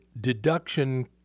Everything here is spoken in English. deduction